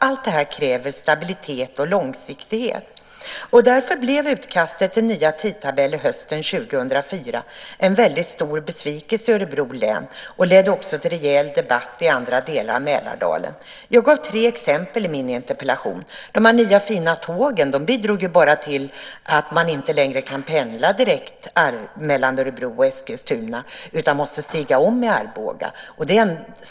Allt det här kräver stabilitet och långsiktighet. Därför blev utkastet till nya tidtabellen hösten 2004 en väldigt stor besvikelse i Örebro län och ledde också till rejäl debatt i andra delar av Mälardalen. Jag gav tre exempel i min interpellation. De nya fina tågen bidrog ju bara till att man inte längre kan pendla direkt mellan Örebro och Eskilstuna utan måste stiga om i Arboga.